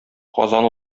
казан